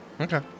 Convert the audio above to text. Okay